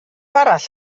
arall